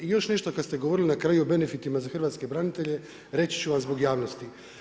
I još nešto kad ste govorili o benefitima za hrvatske branitelje, reći ću vam zbog javnosti.